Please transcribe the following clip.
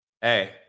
Hey